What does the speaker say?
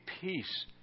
peace